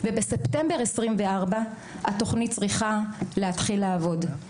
ובספטמבר 2024 התוכנית צריכה להתחיל לעבוד.